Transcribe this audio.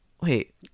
Wait